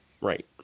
Right